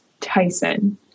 Tyson